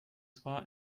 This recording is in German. zwar